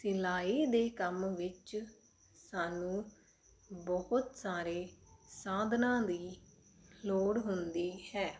ਸਿਲਾਈ ਦੇ ਕੰਮ ਵਿੱਚ ਸਾਨੂੰ ਬਹੁਤ ਸਾਰੇ ਸਾਧਨਾਂ ਦੀ ਲੋੜ ਹੁੰਦੀ ਹੈ